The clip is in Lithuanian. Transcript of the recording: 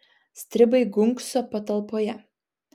stribai gunkso patalpoje